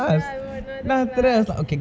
ya we were in another class